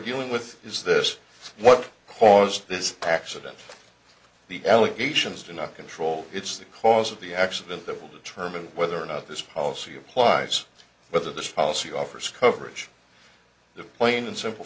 dealing with is this what caused this accident the allegations do not control it's the cause of the accident that will determine whether or not this policy applies whether this policy offers coverage the plain and simple